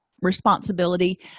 responsibility